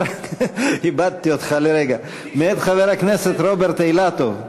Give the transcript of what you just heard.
איבדתי אותך לרגע, מאת חבר הכנסת רוברט אילטוב.